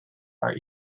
are